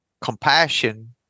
compassion